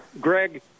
Greg